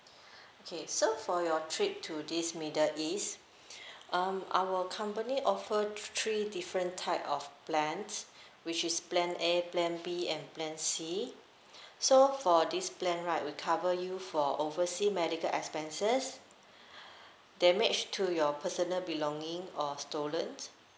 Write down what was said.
okay so for your trip to this middle east um our company offer three different type of plans which is plan A plan B and plan C so for this plan right we cover you for oversea medical expenses damage to your personal belonging or stolen